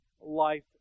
life